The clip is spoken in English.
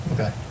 Okay